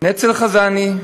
נצר-חזני,